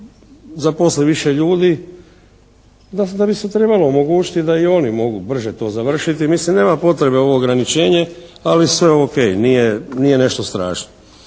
zaposli više ljudi da bi se omogućiti da i oni mogu brže to završiti. Mislim nema potrebe ovo ograničenje. Ali sve o.k., nije nešto strašno.